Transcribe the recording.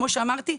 כמו שאמרתי,